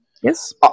Yes